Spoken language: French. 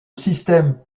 système